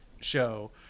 show